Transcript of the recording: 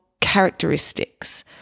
characteristics